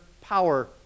power